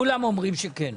כולם אומרים שכן.